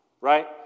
right